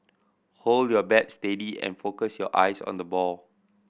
hold your bat steady and focus your eyes on the ball